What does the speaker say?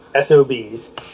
SOBs